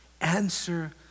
Answer